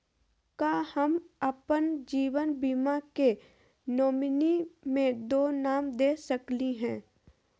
का हम अप्पन जीवन बीमा के नॉमिनी में दो नाम दे सकली हई?